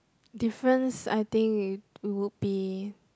difference I think it would be